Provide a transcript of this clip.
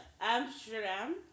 Amsterdam